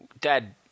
Dad